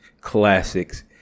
classics